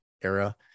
era